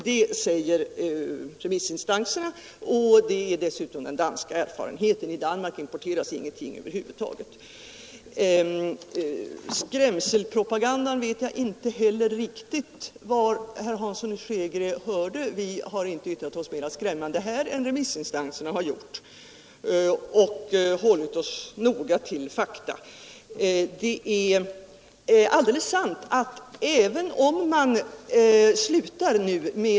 Det säger remissinstanserna, och det säger den danska erfarenheten. Till Danmark importeras inget fodermedel över huvud taget. Jag vet inte var herr Hansson i Skegrie har hört skrämselpropagandan. Vi har inte yttrat oss mera skrämmande här än remissinstanserna har gjort. Vi har noga hållit oss till fakta.